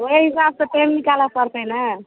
ओहि हिसाब सऽ टाइम निकालऽ पड़तै ने